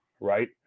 right